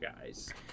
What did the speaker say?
guys